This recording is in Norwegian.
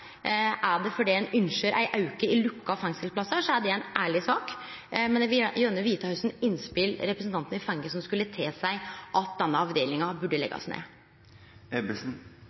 Er det fordi ein ønskjer ein auke i lukka fengselsplassar, så er det ei ærleg sak, men eg vil gjerne vite kva innspel representanten har fått, som skulle tilseie at denne avdelinga burde leggjast ned.